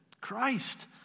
Christ